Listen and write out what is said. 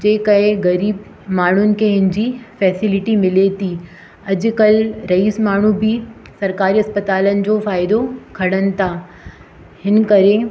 जंहिं करे ग़रीब माण्हुनि खे हिन जी फैसिलिटी मिले थी अॼुकल्ह रईस माण्हू बि सरकारी अस्पतालनि जो फ़ाइदो खणण था हिन करे